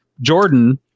Jordan